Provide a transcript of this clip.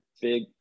big